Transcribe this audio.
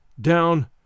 down